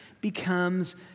becomes